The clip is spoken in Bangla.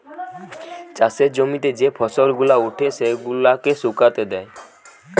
চাষের জমিতে যে ফসল গুলা উঠে সেগুলাকে শুকাতে দেয়